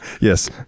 yes